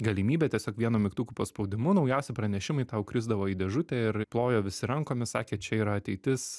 galimybę tiesiog vienu mygtuko paspaudimu naujausi pranešimai tau krisdavo į dėžutę ir plojo visi rankomis sakė čia yra ateitis